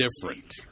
different